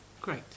Great